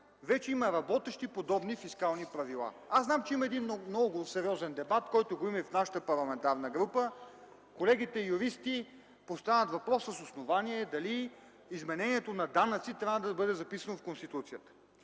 вече има работещи подобни фискални правила. Аз знам, че има един много сериозен дебат, който го има и в нашата парламентарна група, колегите-юристи поставят въпрос и с основание дали изменението на данъци трябва да бъде записано в Конституцията.